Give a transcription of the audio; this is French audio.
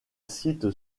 site